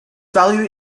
value